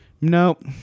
Nope